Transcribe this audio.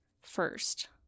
first